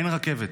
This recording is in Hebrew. אין רכבת,